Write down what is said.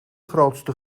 grootste